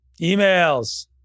Emails